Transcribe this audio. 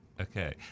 okay